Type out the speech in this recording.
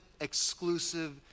exclusive